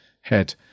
head